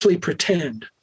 pretend